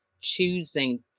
choosing